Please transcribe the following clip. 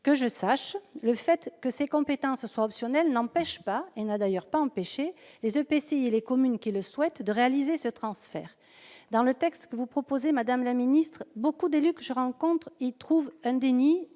Que je sache, le fait que ces compétences soient optionnelles n'empêche pas- et n'a d'ailleurs pas empêché -les EPCI et les communes qui le souhaitent de réaliser ce transfert. Madame la ministre, beaucoup d'élus que je rencontre voient dans